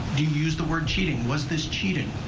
you you use the word cheating? was this cheating?